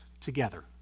together